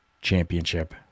championship